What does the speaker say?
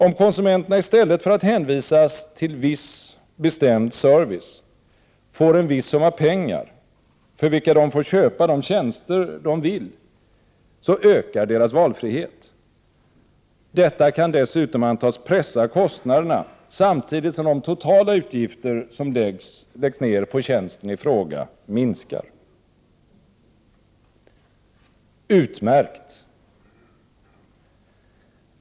Om konsumenterna, i stället för att hänvisas till en viss bestämd service, får en viss summa pengar för vilka de får köpa de tjänster de vill, ökar deras valfrihet. Detta kan dessutom antas pressa kostnaderna, samtidigt som de totala utgifter som läggs ner på tjänsten i fråga minskar.” Utmärkt!